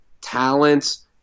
talents